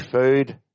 food